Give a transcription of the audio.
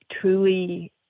truly